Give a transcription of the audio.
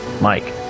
Mike